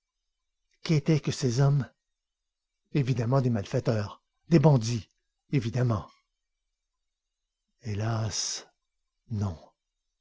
qu'était-ce que ces hommes évidemment des malfaiteurs des bandits évidemment hélas non